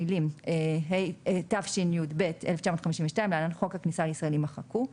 המילים "התשי"ב-1952 (להלן חוק הכניסה לישראל)" יימחקו.